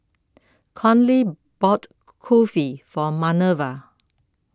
Conley bought Kulfi for Manerva